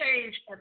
change